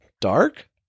dark